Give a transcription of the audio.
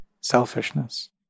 selfishness